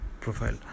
profile